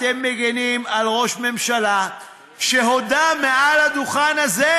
אתם מגינים על ראש ממשלה שהודה מעל הדוכן הזה: